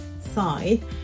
side